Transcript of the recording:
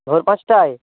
ভোর পাঁচটায়